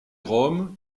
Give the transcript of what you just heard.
rome